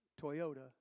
Toyota